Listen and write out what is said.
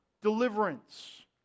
Deliverance